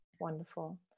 wonderful